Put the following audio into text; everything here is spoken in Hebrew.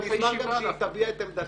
נציגות ואני אשמח שהיא גם תביע את עמדתה,